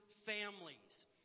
families